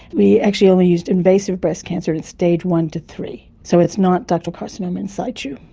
we actually only used invasive breast cancer in stage one to three, so it's not ductal carcinoma in situ,